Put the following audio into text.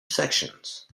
sections